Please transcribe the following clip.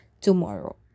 tomorrow